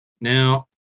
Now